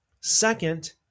Second